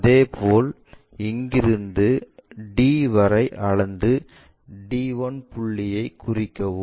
அதேபோல் இங்கிருந்து d வரை அளந்து d1 புள்ளியை குறிக்கவும்